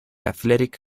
athletic